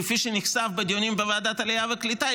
כפי שנחשף בדיונים בוועדת העלייה והקליטה,